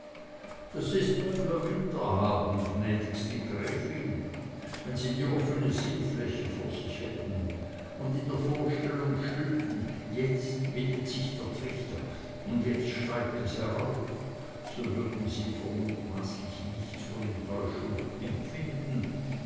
das ist weil wir winter haben gnädigste gräfin wenn sie die offene seefläche vor sich hätten und in der vorstellung stünden jetzt bildet sich der trichter und jetzt steigt es herauf so würden sie mutmaßlich nichts von enttäuschung empfinden